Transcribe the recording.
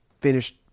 finished